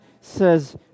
says